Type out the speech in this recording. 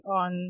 on